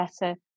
better